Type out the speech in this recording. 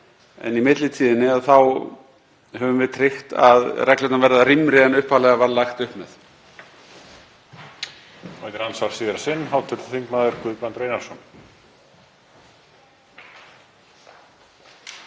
En í millitíðinni höfum við tryggt að reglurnar verða rýmri en upphaflega var lagt upp með.